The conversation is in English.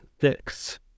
six